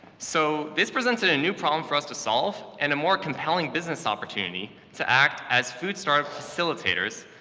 so this presented a new problem for us to solve and a more compelling business opportunity to act as food-startup facilitators,